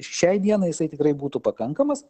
šiai dienai jisai tikrai būtų pakankamas